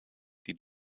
die